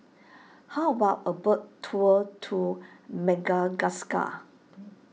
how about a boat tour to Madagascar